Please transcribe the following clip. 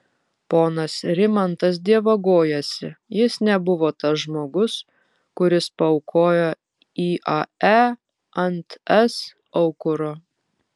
ponas rimantas dievagojasi jis nebuvo tas žmogus kuris paaukojo iae ant es aukuro